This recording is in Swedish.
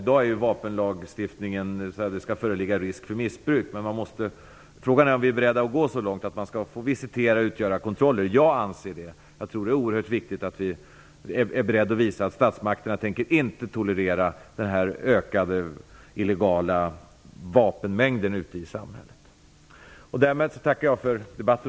I dag innebär vapenlagstiftningen att det skall föreligga risk för missbruk för att polisen skall få göra en sådan kontroll. Frågan är om vi skall gå så långt att polisen får visitera och utöva kontroller. Jag anser det. Det är oerhört viktigt att vi är beredda att visa att statsmakterna inte tolererar den ökade vapenmängden i samhället. Därmed tackar jag för debatten.